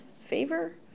favor